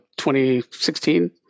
2016